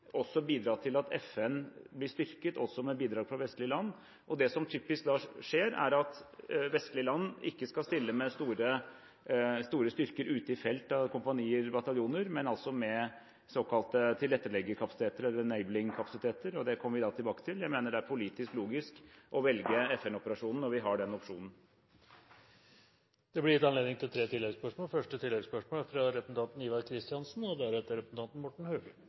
også bidra til at FN blir styrket med bidrag fra vestlige land. Det som typisk da skjer, er at vestlige land ikke skal stille med store styrker av kompanier og bataljoner ute i felt, men med såkalte tilretteleggerkapasiteter eller «enabling»-kapasiteter. Det kommer vi tilbake til. Jeg mener det er politisk logisk å velge FN-operasjonen når vi har den opsjonen. Det blir gitt anledning til tre